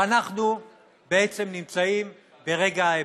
ואנחנו בעצם נמצאים ברגע האמת.